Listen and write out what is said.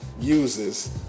uses